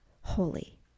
holy